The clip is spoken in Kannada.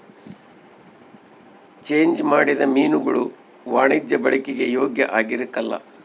ಚೆಂಜ್ ಮಾಡಿದ ಮೀನುಗುಳು ವಾಣಿಜ್ಯ ಬಳಿಕೆಗೆ ಯೋಗ್ಯ ಆಗಿರಕಲ್ಲ